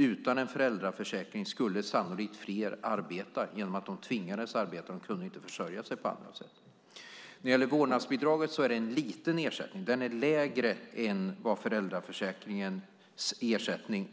Utan en föräldraförsäkring skulle sannolikt fler arbeta genom att de skulle tvingas att arbeta eftersom de inte skulle kunna försörja sig på annat sätt. Vårdnadsbidraget är en liten ersättning. Den är lägre än föräldraförsäkringens ersättning.